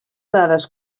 dades